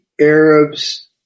Arabs